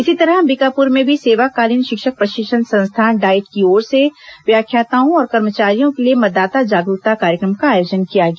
इसी तरह अंबिकापुर में भी सेवाकालीन शिक्षक प्रशिक्षण संस्थान डाइट की ओर से व्याख्याताओं और कर्मचारियों के लिए मतदाता जागरूकता कार्यक्रम का आयोजन किया गया